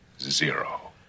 zero